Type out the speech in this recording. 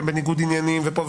והם נמצאים בניגוד עניינים וכו',